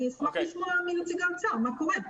אני אשמח לשמוע מנציג האוצר מה קורה.